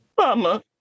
mama